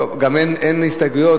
גם אין הסתייגויות,